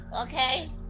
okay